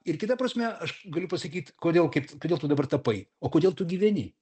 ir kita prasme aš galiu pasakyt kodėl kaip kodėl tu dabar tapai o kodėl tu gyveni